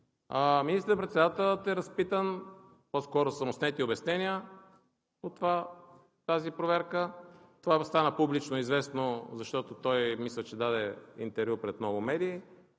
министър-председателят е разпитан, по-скоро са му снети обяснения по тази проверка. Това стана публично известно, защото той, мисля, че даде интервю пред много медии.